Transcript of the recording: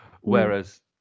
Whereas